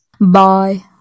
bye